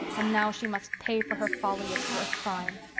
and now she must pay for her folly as for a crime.